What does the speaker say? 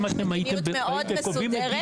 אם הייתם קובעים